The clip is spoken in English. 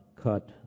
cut